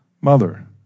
mother